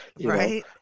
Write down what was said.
Right